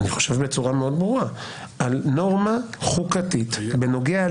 נגיד גם על החוקה שדיברו כאן,